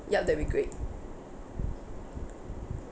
yup that will be great